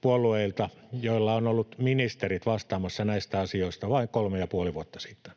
puolueilta, joilla ovat olleet ministerit vastaamassa näistä asioista vain kolme ja puoli vuotta sitten,